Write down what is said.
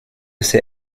ces